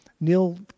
Neil